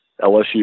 LSU